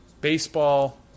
baseball